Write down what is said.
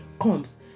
comes